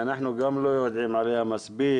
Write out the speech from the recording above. שאנחנו לא יודעים עליה מספיק.